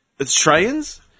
Australians